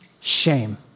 shame